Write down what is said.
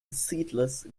seedless